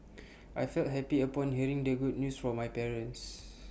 I felt happy upon hearing the good news from my parents